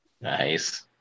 Nice